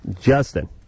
Justin